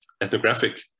ethnographic